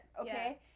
okay